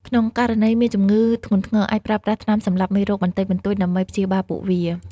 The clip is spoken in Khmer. ក្នុងករណីមានជំងឺធ្ងន់ធ្ងរ អាចប្រើប្រាស់ថ្នាំសម្លាប់មេរោគបន្តិចបន្តួចដើម្បីព្យាបាលពួកវា។